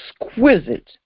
exquisite